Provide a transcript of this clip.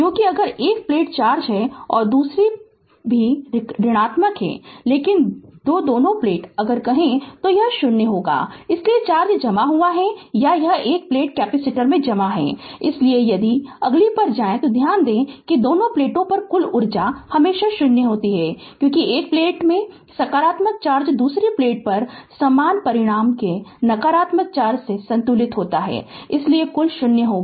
क्योंकि अगर एक प्लेट चार्ज है और दूसरी भी लेकिन दो दोनों प्लेट अगर कहें तो यह 0 होगा इसलिए चार्ज जमा हुआ है या एक प्लेट कैपेसिटर में जमा है Refer Slide Time 0436 इसलिए यदि अगली पर जाएं तो ध्यान दें कि दोनों प्लेटों पर कुल चार्ज हमेशा शून्य होता है क्योंकि एक प्लेट में सकारात्मक चार्ज दूसरी प्लेट पर समान परिमाण के नकारात्मक चार्ज से संतुलित होता है इसलिए कुल 0 होगा